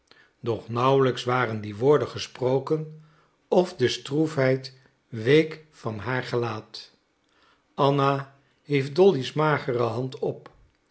doch nauwelijks waren die woorden gesproken of de stroefheid week van haar gelaat anna hief dolly's magere hand op